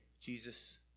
Jesus